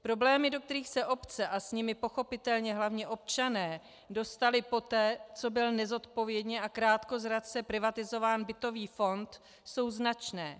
Problémy, do kterých se obce a s nimi pochopitelně hlavně občané dostali poté, co byl nezodpovědně a krátkozrace privatizován bytový fond, jsou značné.